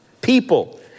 People